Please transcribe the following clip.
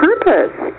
purpose